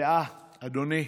ואה, אדוני,